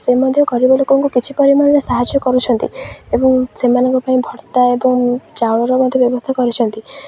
ସେ ମଧ୍ୟ ଗରିବ ଲୋକଙ୍କୁ କିଛି ପରିମାଣରେ ସାହାଯ୍ୟ କରୁଛନ୍ତି ଏବଂ ସେମାନଙ୍କ ପାଇଁ ଭତ୍ତା ଏବଂ ଚାଉଳର ମଧ୍ୟ ବ୍ୟବସ୍ଥା କରିଛନ୍ତି